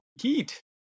heat